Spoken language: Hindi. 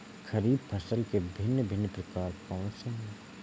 खरीब फसल के भिन भिन प्रकार कौन से हैं?